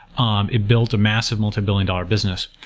um it built a massive multibillion dollar business.